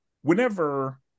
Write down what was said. whenever